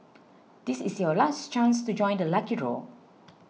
this is your last chance to join the lucky draw